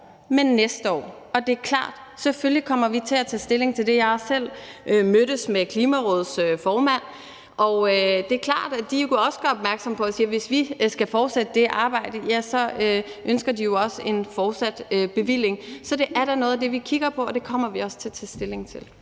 men næste år. Og det er klart, at vi selvfølgelig kommer til at tage stilling til det. Jeg har også selv mødtes med Klimarådets formand, og det er klart, at de jo også gør opmærksom på, at de, hvis de skal fortsætte det arbejde, så også ønsker en fortsat bevilling. Så det er da noget af det, vi kigger på, og det kommer vi også til at tage stilling til.